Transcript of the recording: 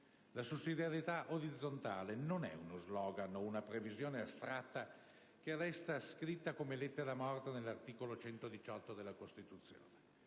La sussidiarietà orizzontale non è uno *slogan* o una previsione astratta che resta scritta come lettera morta nell'articolo 118 della Costituzione.